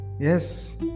Yes